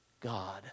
God